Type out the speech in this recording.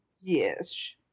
Yes